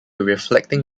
reflecting